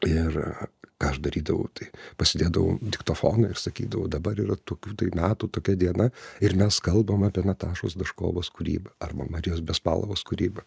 ir ką aš darydavau tai pasidėdavau diktofoną ir sakydavau dabar yra tokių tai metų tokia diena ir mes kalbam apie natašos daškovas kūrybą arba marijos bespalavos kūrybą